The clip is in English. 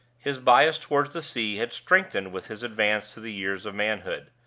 his bias toward the sea had strengthened with his advance to the years of manhood.